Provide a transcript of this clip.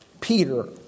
Peter